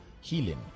healing